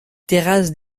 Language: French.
terrasses